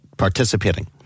participating